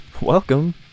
welcome